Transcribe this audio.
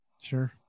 Sure